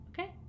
okay